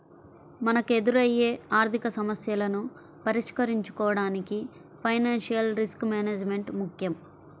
మనకెదురయ్యే ఆర్థికసమస్యలను పరిష్కరించుకోడానికి ఫైనాన్షియల్ రిస్క్ మేనేజ్మెంట్ ముక్కెం